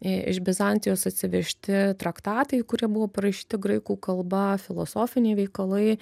iš bizantijos atsivežti traktatai kurie buvo parašyti graikų kalba filosofiniai veikalai